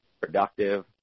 productive